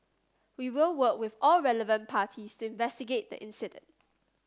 we will work with all relevant parties to investigate the incident